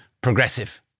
Progressive